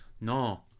No